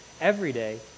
everyday